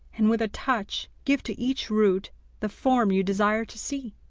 and with a touch give to each root the form you desire to see